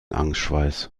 angstschweiß